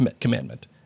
commandment